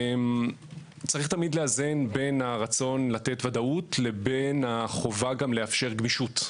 צריך תמיד לאזן בין הרצון לתת ודאות לבין החובה גם לאפשר גמישות.